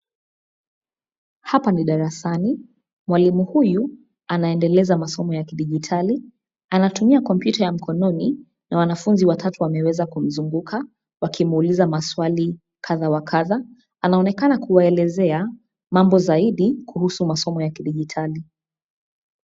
Hapa ni darasani, mwalimu huyu anaendeleza masomo ya kidijitali. Anatumia kompyuta ya mkononi na wanafunzi watatu wameweza kuizunguka wakimwuliza maswali kadha wa kadha. Anaonekana kuwaelezea mambo zaidi kuhusu masomo ya kidijitali.